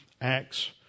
Acts